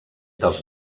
dels